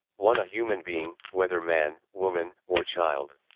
one. a human being, whether man, woman or child.